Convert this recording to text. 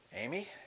Amy